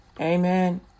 Amen